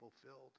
fulfilled